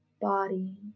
body